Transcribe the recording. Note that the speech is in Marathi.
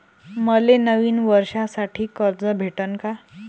मले नवीन वर्षासाठी कर्ज भेटन का?